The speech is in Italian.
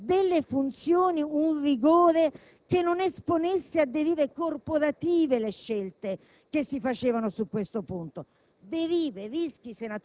ho condiviso le posizioni e le dichiarazioni che esponenti della magistratura hanno fatto sull'importanza del